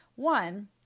One